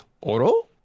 Oro